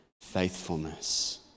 faithfulness